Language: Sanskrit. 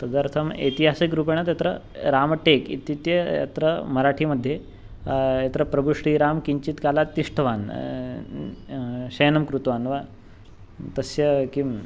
तदर्थम् ऐतिहासिकरूपेण तत्र रामटेक् इत्यस्य अत्र मराठी मध्ये यत्र प्रभुः श्रीरामः किञ्चित् कालात् तिष्ठवान् शयनं कृतवान् वा तस्य किं